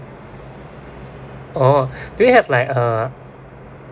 orh do you have like a